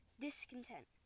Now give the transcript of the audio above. discontent